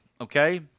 Okay